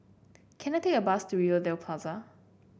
can I take a bus to Rivervale Plaza